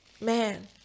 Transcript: man